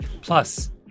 Plus